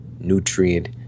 nutrient